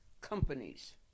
companies